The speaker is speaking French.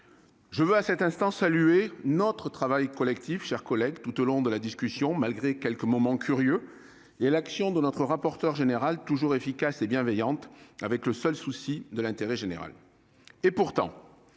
Mes chers collègues, je salue notre travail collectif tout au long de la discussion, malgré quelques moments curieux, et l'action de notre rapporteur général, toujours efficace et bienveillante, avec pour seul souci l'intérêt général. Pourtant,